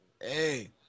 hey